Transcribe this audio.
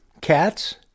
Cats